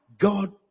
God